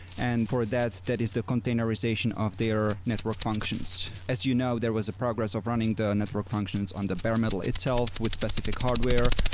and for that, that is the containerization of their network functions. as you know, there was a progress of running the and network functions on the bare metal itself with specifi c hardware.